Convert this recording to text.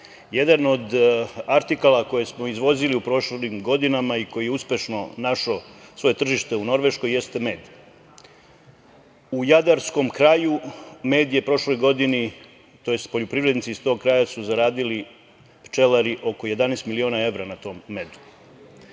od artikala koje smo izvozili u prošlim godinama i koji je uspešno našao svoje tržište u Norveškoj jeste med. U jadarskom kraju med je u prošloj godini, tj. poljoprivrednici iz tog kraja su zaradili, pčelari, oko 11 miliona evra na tom medu.